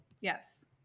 Yes